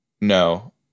No